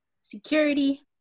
security